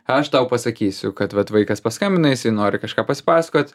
aš tau pasakysiu kad vat vaikas paskambina jisai nori kažką pasipasakot